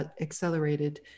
accelerated